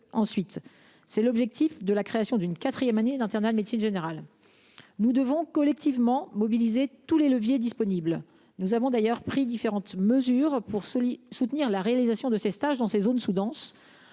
vie. C’est le sens de la création de la quatrième année d’internat de médecine générale. Nous devons collectivement mobiliser tous les leviers disponibles. Nous avons d’ailleurs pris différentes mesures pour soutenir la réalisation de ces stages dans ces zones sous denses